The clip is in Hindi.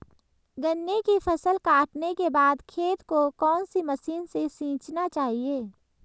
गन्ने की फसल काटने के बाद खेत को कौन सी मशीन से सींचना चाहिये?